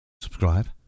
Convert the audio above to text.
subscribe